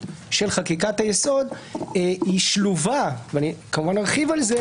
של חקיקת היסוד היא שלובה ואני כמובן ארחיב על זה